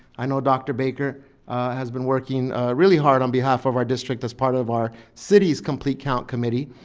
i know dr. baker has been working really hard on behalf of our district as part of our city's complete count committee.